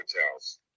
hotels